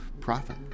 profit